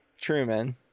Truman